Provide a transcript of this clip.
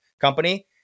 company